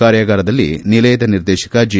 ಕಾರ್ಯಾಗಾರದಲ್ಲಿ ನಿಲಯದ ನಿರ್ದೇಶಕ ಜಿ